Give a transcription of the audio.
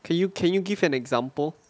can you can you give an example